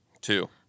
Two